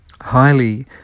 highly